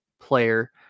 player